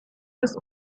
bis